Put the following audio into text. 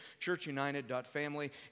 churchunited.family